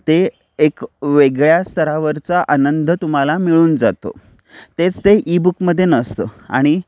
ते एक वेगळ्या स्तरावरचा आनंद तुम्हाला मिळून जातो तेच ते ईबुकमध्ये नसतं आणि